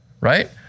right